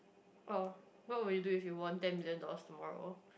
oh what will you do if you want ten million dollars tomorrow